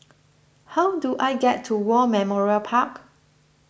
how do I get to War Memorial Park